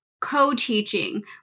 co-teaching